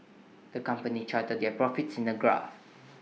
the company charted their profits in A graph